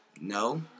No